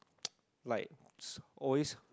like so always